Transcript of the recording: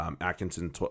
Atkinson